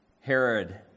Herod